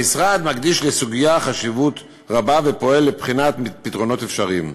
המשרד רואה חשיבות רבה בסוגיה ופועל לבחינת פתרונות אפשריים.